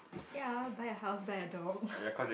ya buy a house buy a dog